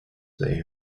the